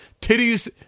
titties